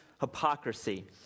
hypocrisy